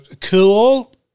cool